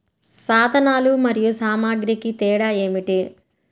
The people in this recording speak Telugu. సాధనాలు మరియు సామాగ్రికి తేడా ఏమిటి?